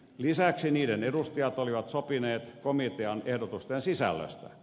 lisäksi niiden edustajat olivat sopineet komitean ehdotusten sisällöstä